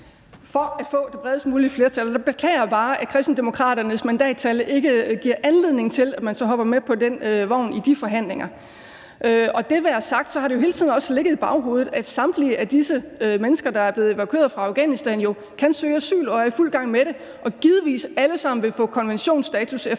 For at få det bredest mulige flertal. Jeg beklager bare, at Kristendemokraternes mandattal ikke giver anledning til, at man så hopper med på den vogn i de forhandlinger. Det være sagt har det jo hele tiden ligget i baghovedet, at samtlige af disse mennesker, der er blevet evakueret fra Afghanistan, kan søge asyl og er i fuld gang med det og givetvis alle sammen vil få konventionsstatus efter